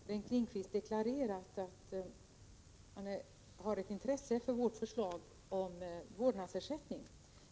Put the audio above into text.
Herr talman! I debatten har Bengt Lindqvist deklarerat att han har ett intresse för vårt förslag om vårdnadsersättning